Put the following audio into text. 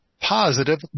positive